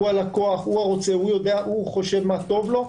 הוא הלקוח, הוא רוצה, הוא חושב מה טוב לו.